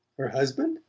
her husband?